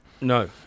No